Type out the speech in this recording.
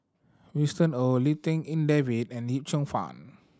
Winston Oh Lim Tik En David and Yip Cheong Fun